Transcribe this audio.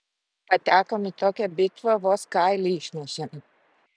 patekom į tokią bitvą vos kailį išnešėm